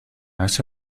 hace